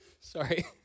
Sorry